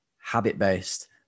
habit-based